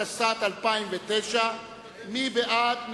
התשס"ט 2009. מי בעד?